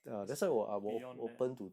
that's beyond that lah